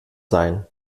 sein